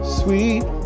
sweet